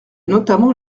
notamment